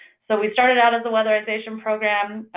so, we started out as weatherization program,